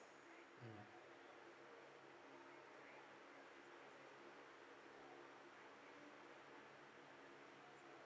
hmm